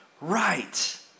right